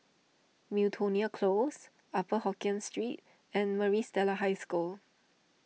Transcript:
Miltonia Close Upper Hokkien Street and Maris Stella High School